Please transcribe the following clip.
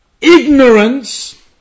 ignorance